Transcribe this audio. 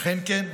אכן כן.